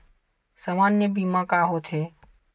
सामान्य बीमा का होथे?